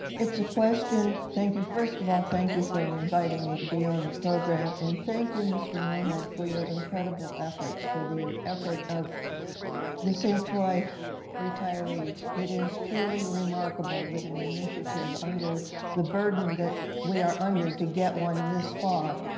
it's a question thank you. first of all, thank you for inviting me to be on the program. and thank you, mr. moore head for the incredible efforts, for the effort of the st. croix retirees. it is truly remarkable that an initiative under the burden that we are under to get one this far,